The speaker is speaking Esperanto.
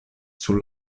sur